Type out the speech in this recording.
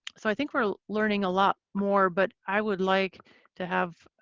so i think we're learning a lot more, but i would like to have